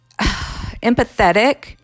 empathetic